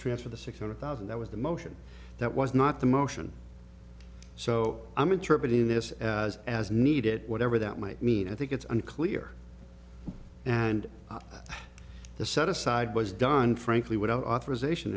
transfer the six hundred thousand that was the motion that was not the motion so i'm attributing this as as needed whatever that might mean i think it's unclear and the set aside was done frankly without authorization